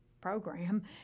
program